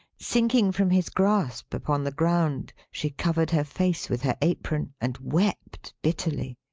sinking from his grasp upon the ground, she covered her face with her apron, and wept bitterly.